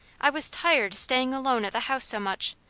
i was tired staying alone at the house so much,